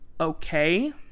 Okay